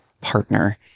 partner